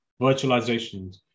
virtualizations